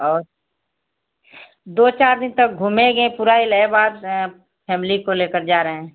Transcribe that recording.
और दो चार दिन तक घूमेंगे पूरा इलहाबाद फैमली को लेकर जा रहे हैं